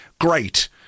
great